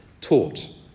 taught